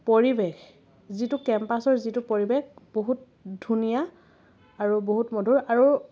পৰিৱেশ যিটো কেম্পাছৰ যিটো পৰিৱেশ বহুত ধুনীয়া আৰু বহুত মধুৰ আৰু